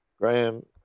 Graham